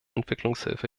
entwicklungshilfe